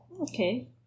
Okay